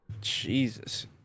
Jesus